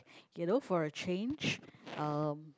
you know for a change uh